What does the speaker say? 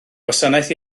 gwasanaeth